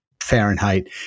Fahrenheit